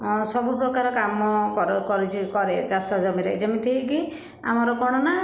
ସବୁ ପ୍ରକାର କାମ କରିଛି କରେ ଚାଷ ଜମିରେ ଯେମିତିକି ଆମର କ'ଣ ନା